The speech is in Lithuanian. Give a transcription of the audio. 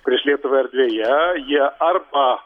prieš lietuvą erdvėje jie arba